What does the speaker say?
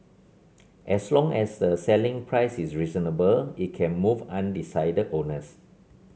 as long as the selling price is reasonable it can move undecided owners